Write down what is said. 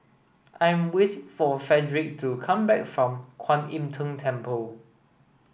I am waits for Fredric to come back from Kuan Im Tng Temple